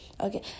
okay